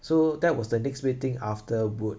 so that was the next big thing after wood